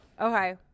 Okay